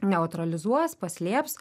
neutralizuos paslėps